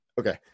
okay